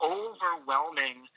overwhelming